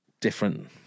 different